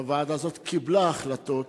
הוועדה הזאת קיבלה החלטות,